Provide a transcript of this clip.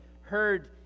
heard